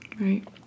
Right